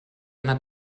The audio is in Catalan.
una